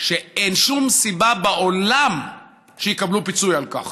אין שום סיבה בעולם שיקבלו פיצוי על כך.